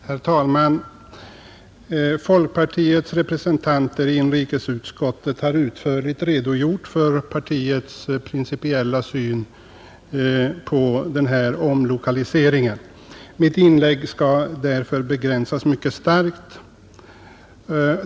Herr talman! Folkpartiets representanter i inrikesutskottet har utförligt redogjort för partiets principiella syn på den här omlokaliseringen. Mitt inlägg skall därför begränsas mycket starkt.